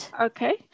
Okay